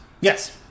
Yes